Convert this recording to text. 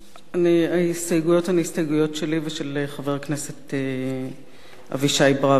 ההסתייגויות הן הסתייגויות שלי ושל חבר הכנסת אבישי ברוורמן.